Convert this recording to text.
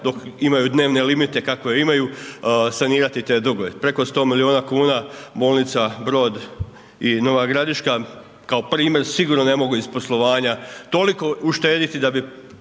dok imaju dnevne limite kakve imaju, sanirati te dugove. Preko 100 milijuna kuna bolnica Brod i Nova Gradiška kao primjer sigurno ne mogu iz poslovanja toliko uštediti da bi